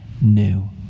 new